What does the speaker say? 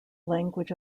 language